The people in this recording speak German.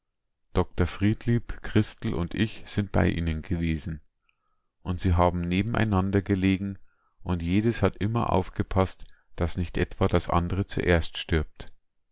dr friedlieb christel und ich sind bei ihnen gewesen und sie haben nebeneinander gelegen und jedes hat immer aufgepaßt daß nicht etwa das andre zuerst stirbt